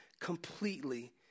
completely